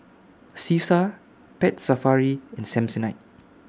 Cesar Pet Safari and Samsonite